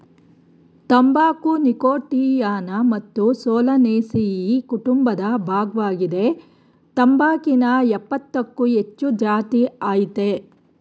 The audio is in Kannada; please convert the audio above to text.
ತಂಬಾಕು ನೀಕೋಟಿಯಾನಾ ಮತ್ತು ಸೊಲನೇಸಿಯಿ ಕುಟುಂಬದ ಭಾಗ್ವಾಗಿದೆ ತಂಬಾಕಿನ ಯಪ್ಪತ್ತಕ್ಕೂ ಹೆಚ್ಚು ಜಾತಿಅಯ್ತೆ